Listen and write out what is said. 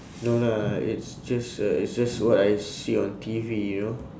no lah it's just uh it's just what I see on T_V you know